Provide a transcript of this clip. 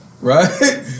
Right